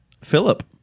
philip